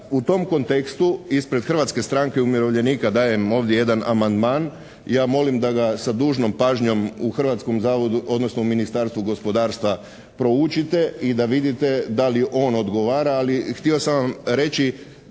u tom kontekstu ispred Hrvatske stranke umirovljenika dajem ovdje jedan amandman. Ja molim da ga sa dužnom pažnjom u Hrvatskom zavodu, odnosno u Ministarstvu gospodarstva proučite i da vidite da li on odgovara, ali htio sam vam reći